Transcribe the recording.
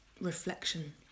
reflection